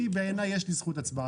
בעיניי יש לי זכות הצבעה.